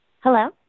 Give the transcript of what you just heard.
Hello